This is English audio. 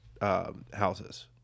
houses